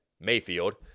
Mayfield